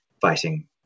fighting